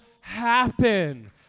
happen